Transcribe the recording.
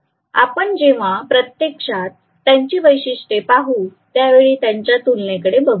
आपण जेंव्हा प्रत्यक्षात त्यांची वैशिष्ट्ये पाहू त्यावेळी त्यांच्या तुलनेकडे बघू